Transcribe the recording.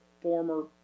former